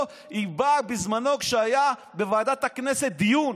היא באה בזמנו, כשהיה בוועדת הכנסת דיון